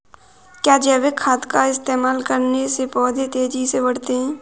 क्या जैविक खाद का इस्तेमाल करने से पौधे तेजी से बढ़ते हैं?